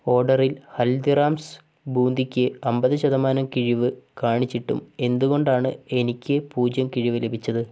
ഓഡറിൽ ഹൽദിറാംസ് ബൂന്തിയ്ക്ക് അൻപത് ശതമാനം കിഴിവ് കാണിച്ചിട്ടും എന്തുകൊണ്ടാണ് എനിക്ക് പൂജ്യം കിഴിവ് ലഭിച്ചത്